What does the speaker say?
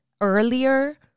earlier